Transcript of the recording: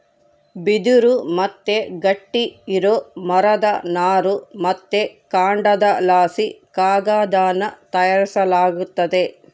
ಬಿದಿರು ಮತ್ತೆ ಗಟ್ಟಿ ಇರೋ ಮರದ ನಾರು ಮತ್ತೆ ಕಾಂಡದಲಾಸಿ ಕಾಗದಾನ ತಯಾರಿಸಲಾಗ್ತತೆ